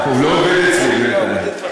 הוא לא עובד אצלי בינתיים.